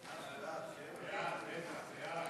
ההצעה להעביר